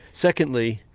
secondly,